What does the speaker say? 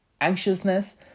anxiousness